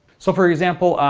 so for example,